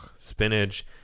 spinach